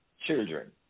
children